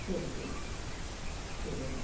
ശരി ശരി ശരി എന്നാൽ